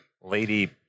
lady